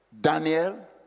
Daniel